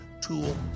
tool